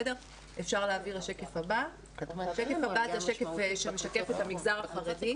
השקף הבא זה שקף שמשקף את המגזר החרדי,